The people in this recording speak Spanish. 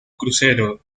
crucero